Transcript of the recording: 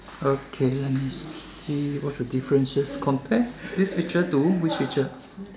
okay let me see what's the differences compare this picture to which picture